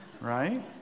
Right